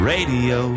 Radio